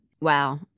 Wow